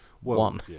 One